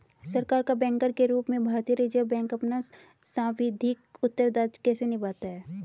सरकार का बैंकर के रूप में भारतीय रिज़र्व बैंक अपना सांविधिक उत्तरदायित्व कैसे निभाता है?